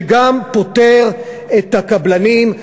שגם פוטר את הקבלנים,